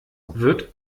wird